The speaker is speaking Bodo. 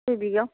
दुइ बिगायाव